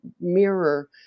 mirror